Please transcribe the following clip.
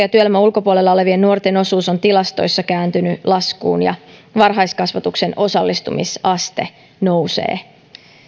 ja työelämän ulkopuolella olevien nuorten osuus on tilastoissa kääntynyt laskuun ja varhaiskasvatuksen osallistumisaste nousee